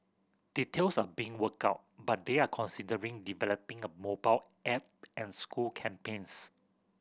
details are being worked out but they are considering developing a mobile app and school campaigns